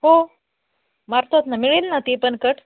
हो मारतात ना मिळेल ना ते पण कट